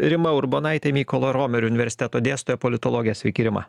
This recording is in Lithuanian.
rima urbonaite mykolo romerio universiteto dėstytoja politologe sveiki rima